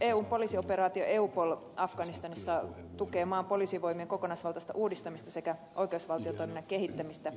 eun poliisioperaatio eupol afganistanissa tukee maan poliisivoimien kokonaisvaltaista uudistamista sekä oikeusvaltiotoiminnan kehittämistä